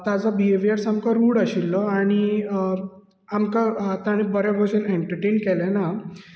ताजो बिहेवीयर सामको रूड आशिल्लो आनी आमकां ताणे बरें भशेन एंटरटेन केलेना